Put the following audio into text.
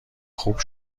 خوب